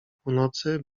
północy